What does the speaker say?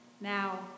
now